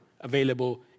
available